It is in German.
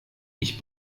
ich